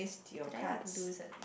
did I lose a